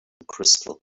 crystal